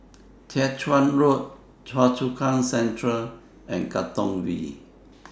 Jiak Chuan Road Choa Chu Kang Central and Katong V